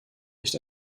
nicht